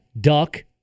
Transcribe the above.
duck